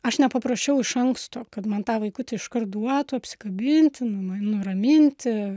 aš nepaprašiau iš anksto kad man tą vaikutį iškart duotų apsikabinti nu mai nuraminti